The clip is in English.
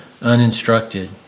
uninstructed